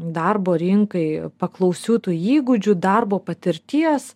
darbo rinkai paklausių tų įgūdžių darbo patirties